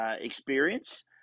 experience